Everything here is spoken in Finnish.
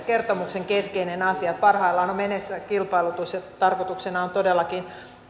kertomuksen keskeinen asia parhaillaan on menossa kilpailutus ja tarkoituksena on todellakin